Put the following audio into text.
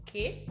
Okay